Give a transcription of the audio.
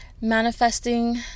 manifesting